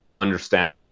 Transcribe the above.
understand